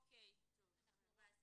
בואי באמת,